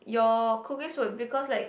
your cookies will because like